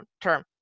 term